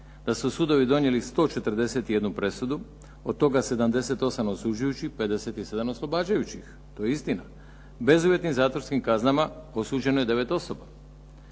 da su sudovi donijeli 141 presudu, od toga 78 osuđujućih, 57 oslobađajućih to je istina. Bezuvjetnim zatvorskim kaznama osuđeno je 9 osoba.